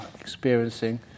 experiencing